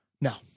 No